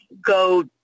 go